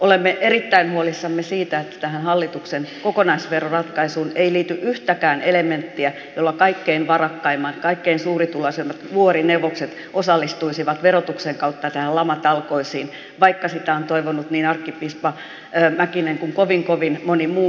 olemme erittäin huolissamme siitä että tähän hallituksen kokonaisveroratkaisuun ei liity yhtäkään elementtiä jolla kaikkein varakkaimmat kaikkein suurituloisimmat vuorineuvokset osallistuisivat verotuksen kautta lamatalkoisiin vaikka sitä on toivonut niin arkkipiispa mäkinen kuin kovin kovin moni muu